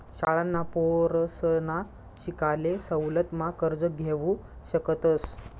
शाळांना पोरसना शिकाले सवलत मा कर्ज घेवू शकतस